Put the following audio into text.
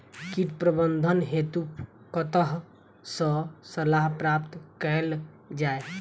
कीट प्रबंधन हेतु कतह सऽ सलाह प्राप्त कैल जाय?